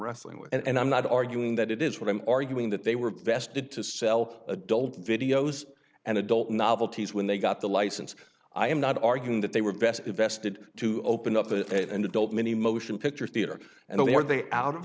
wrestling with and i'm not arguing that it is what i'm arguing that they were vested to sell adult videos and adult novelties when they got the license i am not arguing that they were best invested to open up a an adult many motion picture theater and were they out of